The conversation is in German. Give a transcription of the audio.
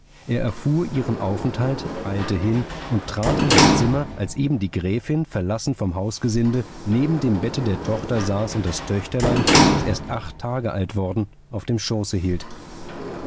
er erfuhr ihren aufenthalt eilte hin und trat in das zimmer als eben die gräfin verlassen vom hausgesinde neben dem bette der tochter saß und das töchterlein das erst acht tage alt worden auf dem schöße hielt